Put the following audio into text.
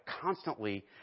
constantly